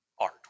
art